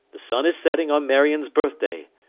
the sun is setting on marion's birth-day.